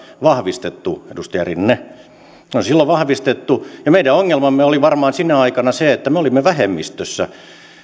vahvistettu edustaja rinne se on silloin vahvistettu ja meidän ongelmamme oli sinä aikana varmaan se että me olimme vähemmistössä